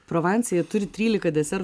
provanse jie turi trylika desertų